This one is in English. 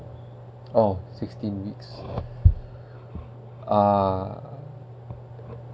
oh sixteen week ah